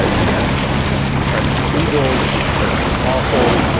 ah yes incredibly evil incredibly awful.